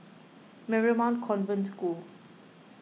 Marymount Convent School